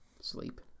Sleep